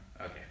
Okay